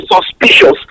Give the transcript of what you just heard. suspicious